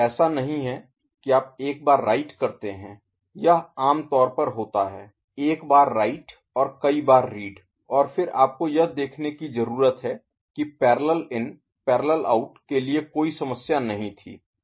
ऐसा नहीं है कि आप एक बार राइट करते हैं यह आमतौर पर होता है एक बार राइट और कई बार रीड और फिर आपको यह देखने की जरूरत है कि पैरेलल इन पैरेलल आउट के लिए कोई समस्या नहीं थी